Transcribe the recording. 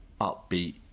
upbeat